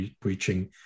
breaching